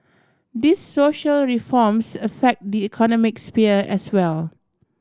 these social reforms affect the economic sphere as well